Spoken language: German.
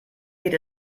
geht